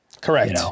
Correct